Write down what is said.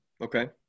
Okay